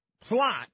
plot